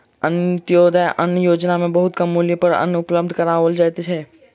अन्त्योदय अन्न योजना में बहुत कम मूल्य पर अन्न उपलब्ध कराओल जाइत अछि